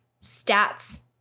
stats